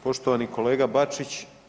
Poštovani kolega Bačić.